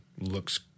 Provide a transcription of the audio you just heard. looks